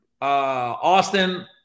Austin